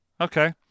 Okay